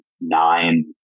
nine